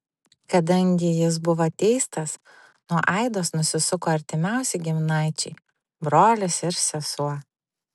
kadangi jis buvo teistas nuo aidos nusisuko artimiausi giminaičiai brolis ir sesuo